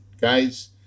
Guys